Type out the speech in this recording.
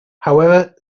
however